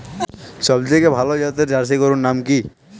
সবথেকে ভালো জাতের জার্সি গরুর নাম কি?